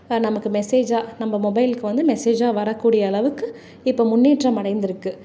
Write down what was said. நமக்கு மெசேஜாக நம்ப மொபைலுக்கு வந்து மெசேஜாக வரக்கூடிய அளவுக்கு இப்போ முன்னேற்றம் அடைந்திருக்குது